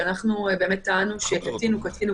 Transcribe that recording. טענו שקטין הוא קטין,